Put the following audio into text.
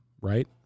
Right